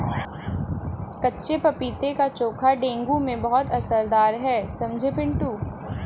कच्चे पपीते का चोखा डेंगू में बहुत असरदार है समझे पिंटू